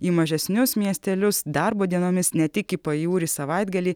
į mažesnius miestelius darbo dienomis ne tik į pajūrį savaitgalį